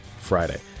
Friday